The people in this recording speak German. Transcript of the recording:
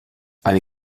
eine